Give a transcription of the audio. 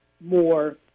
more